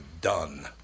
done